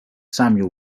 samuel